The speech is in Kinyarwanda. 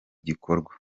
gikorwa